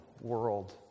world